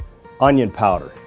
onion powder,